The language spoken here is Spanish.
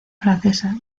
francesa